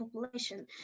population